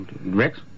Rex